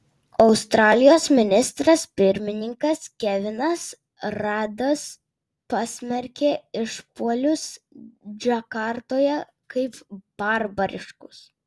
australijos ministras pirmininkas kevinas radas pasmerkė išpuolius džakartoje kaip barbariškus